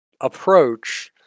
approach